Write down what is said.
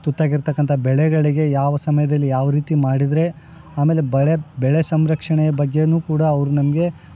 ತುತ್ತಾಗಿರ್ತಾಕ್ಕಂಥ ಬೆಳೆಗಳಿಗೆ ಯಾವ ಸಮಯದಲ್ಲಿ ಯಾವ ರೀತಿ ಮಾಡಿದರೆ ಆಮೇಲೆ ಬಳೆ ಬೆಳೆ ಸಂರಕ್ಷಣೆ ಬಗ್ಗೆ ಕೂಡ ಅವ್ರು ನಮಗೆ